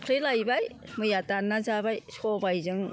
दाख्लै लायबाय मैया दानना जाबाय सबायजों